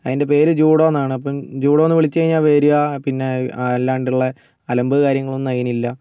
അതിന്റെ പേര് ജൂഡോ എന്നാണ് ജൂഡോ എന്ന് വിളിച്ചു കഴിഞ്ഞാല് വരുക പിന്നെ അല്ലാണ്ട് ഉള്ള അല്ലമ്പ് കാര്യങ്ങള് ഒന്നും അതിനില്ല